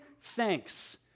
thanks